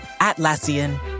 Atlassian